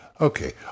Okay